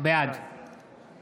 בעד